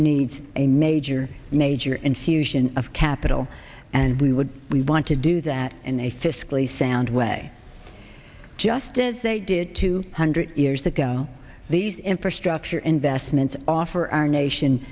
needs a major major infusion of capital and we would we want to do that in a fiscally sound way just as they did two hundred years ago these infrastructure investments offer our nation